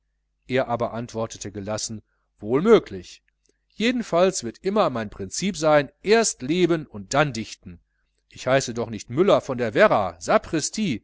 er aber antwortete gelassen wohl möglich jedenfalls wird immer mein prinzip sein erst leben und dann dichten ich heiße doch nicht müller von der werra sapristi